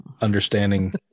understanding